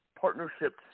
partnerships